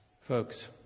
Folks